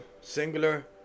singular